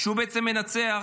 שהוא בעצם מנצח